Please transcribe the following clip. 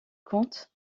compte